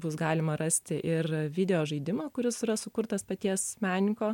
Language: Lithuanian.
bus galima rasti ir video žaidimą kuris yra sukurtas paties menininko